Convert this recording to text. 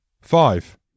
Five